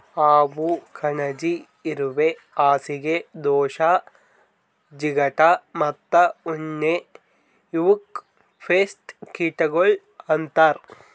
ಹಾವು, ಕಣಜಿ, ಇರುವೆ, ಹಾಸಿಗೆ ದೋಷ, ಚಿಗಟ ಮತ್ತ ಉಣ್ಣಿ ಇವುಕ್ ಪೇಸ್ಟ್ ಕೀಟಗೊಳ್ ಅಂತರ್